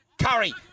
Curry